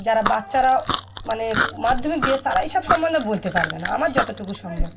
যারা বাচ্চারা মানে মাধ্যমিক দিয়েছে তারা এই সব সম্বন্ধে বলতে পারবে না আমার যতটুকু সম্ভব